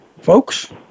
folks